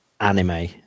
anime